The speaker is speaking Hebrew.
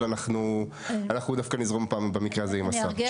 אבל אנחנו דווקא נזרום הפעם במקרה הזה עם השר.